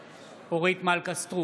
אינו נוכח יצחק